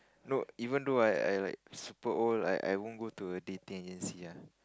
no even though I I like super old I I won't go to a dating agency ah